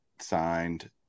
signed